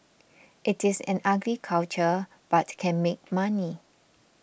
it is an ugly culture but can make money